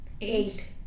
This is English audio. Eight